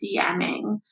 DMing